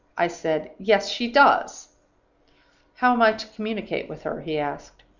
i said, yes, she does how am i to communicate with her he asked.